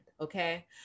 Okay